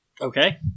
Okay